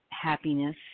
happiness